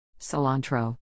Cilantro